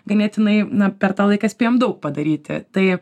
ganėtinai na per tą laiką spėjom daug padaryti tai